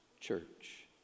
Church